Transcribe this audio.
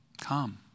Come